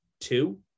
two